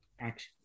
action